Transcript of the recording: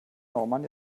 norman